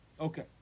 Okay